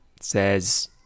Says